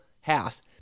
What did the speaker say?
house